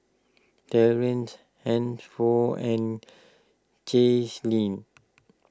Tracie Hansford and Caitlyn